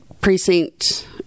precinct